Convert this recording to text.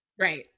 Right